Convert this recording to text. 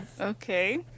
okay